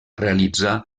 realitzà